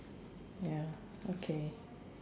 ya okay